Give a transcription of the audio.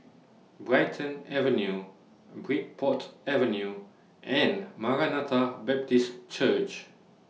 Brighton Avenue Bridport Avenue and Maranatha Baptist Church